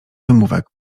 wymówek